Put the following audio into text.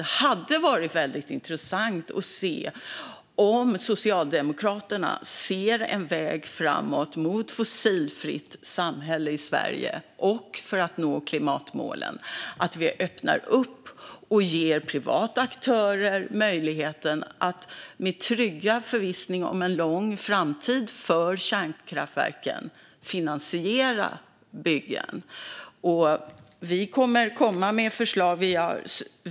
Det hade varit väldigt intressant att se om Socialdemokraterna ser en väg framåt mot ett fossilfritt samhälle i Sverige och att vi för att nå klimatmålen öppnar för och ger privata aktörer möjligheten att med en trygg förvissning om en lång framtid för kärnkraftverken finansiera byggen. Vi kommer att komma med förslag.